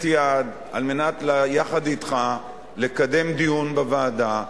יד על מנת לקדם יחד אתך דיון בוועדה,